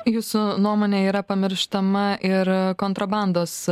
jūsų nuomone yra pamirštama ir kontrabandos